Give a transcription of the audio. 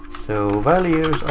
so, values